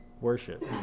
worship